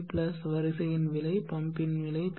plus வரிசையின் விலை பம்பின் விலை பி